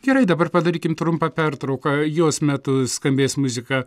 gerai dabar padarykim trumpą pertrauką jos metu skambės muzika